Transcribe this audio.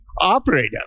operator